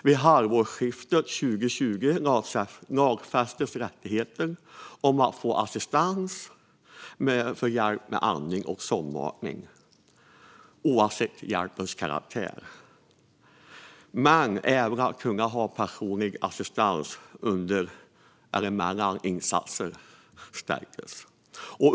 Vid halvårsskiftet 2020 lagfästes rättigheten att få assistans för hjälp med andning och sondmatning, oavsett hjälpens karaktär, och rätten till personlig assistans mellan insatser stärktes.